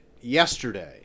yesterday